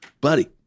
buddy